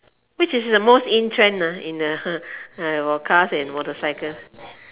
which is the most in trend ah in the about cars and motorcycle